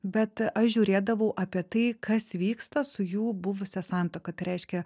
bet aš žiūrėdavau apie tai kas vyksta su jų buvusia santuoka tai reiškia